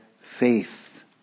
faith